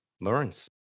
Lawrence